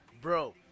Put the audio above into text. Bro